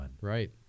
right